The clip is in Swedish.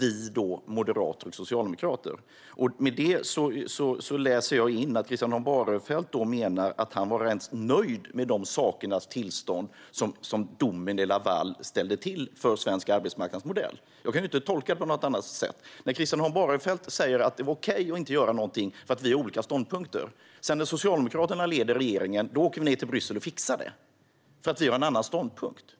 I det läser jag in att han menar att han var rätt nöjd med sakernas tillstånd som Lavaldomen ställde till för den svenska arbetsmarknadsmodellen. Jag kan inte tolka det på något annat sätt. Christian Holm Barenfeld säger att det var okej att inte göra någonting, eftersom vi har olika ståndpunkter. När Socialdemokraterna sedan leder regeringen åker vi ned till Bryssel och fixar det, för att vi har en annan ståndpunkt.